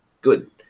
good